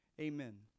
Amen